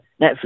Netflix